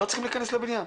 לא צריך להכנס לבניין.